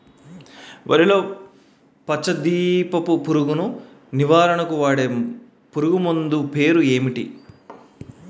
వరిలో పచ్చ దీపపు పురుగు నివారణకు వాడే పురుగుమందు పేరు చెప్పండి?